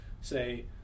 say